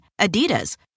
Adidas